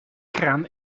kraan